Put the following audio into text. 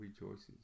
rejoices